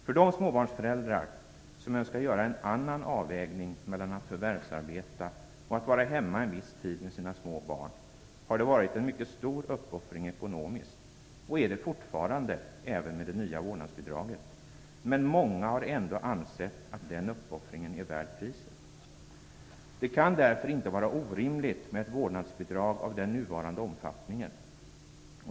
För de småbarnsföräldrar, som önskar göra en annan avvägning mellan att förvärvsarbeta och att vara hemma en viss tid med sina små barn, har det varit en mycket stor uppoffring ekonomiskt - och är det fortfarande med det nya vårdnadsbidraget - men många har ändå ansett att den uppoffringen är värd priset. Det kan därför inte vara orimligt med ett vårdnadsbidrag av den nuvarande omfattningen.